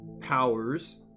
powers